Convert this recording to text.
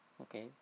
okay